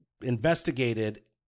investigated